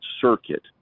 circuit